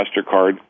mastercard